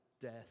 death